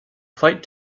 flight